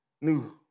new